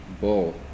bull